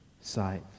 sight